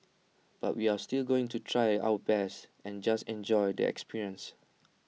but we're still going to try our best and just enjoy the experience